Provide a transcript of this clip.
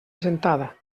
gentada